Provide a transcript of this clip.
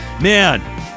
Man